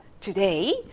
today